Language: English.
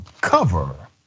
cover